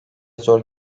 zor